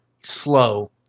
slow